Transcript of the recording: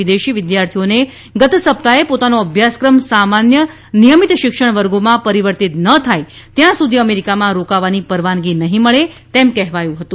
વિદેશી વિદ્યાર્થીઓને ગત સપ્તાહે પોતાનો અભ્યાસક્રમ સામાન્ય નિયમિત શિક્ષણ વર્ગોમાં પરિવર્તિત ના થાય ત્યાં સુધી અમેરિકામાં રોકાવાની પરવાનગી નહીં મળે તેમ કહેવાયું હતું